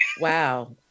Wow